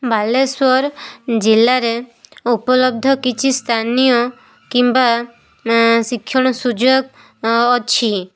ବାଲେଶ୍ଵର ଜିଲ୍ଲାରେ ଉପଲବ୍ଧ କିଛି ସ୍ଥାନୀୟ କିମ୍ବା ଶିକ୍ଷଣ ସୁଯୋଗ ଅଛି